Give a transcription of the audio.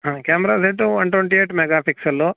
ಹಾಂ camera set one twenty eight mega pixel